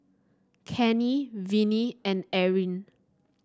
Cannie Viney and Eryn